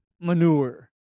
manure